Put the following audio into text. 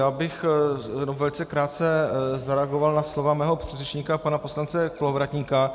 Já bych velice krátce zareagoval na slova svého předřečníka pana poslance Kolovratníka.